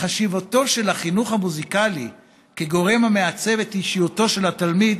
"חשיבותו של החינוך המוזיקלי כגורם המעצב את אישיותו של התלמיד